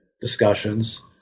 Discussions